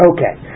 Okay